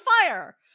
fire